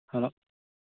hello